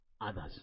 others